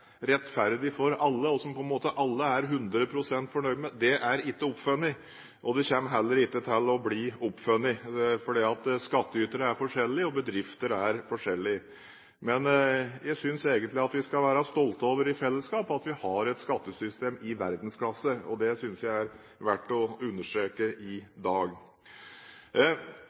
oppfunnet. Det kommer heller ikke til å bli oppfunnet, for skattytere er forskjellige, og bedrifter er forskjellige. Jeg synes egentlig at vi i fellesskap skal være stolte over at vi har et skattesystem i verdensklasse. Det synes jeg det er verdt å understreke i dag.